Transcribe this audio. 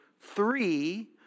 three